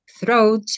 throat